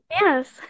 Yes